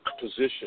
position